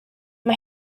mae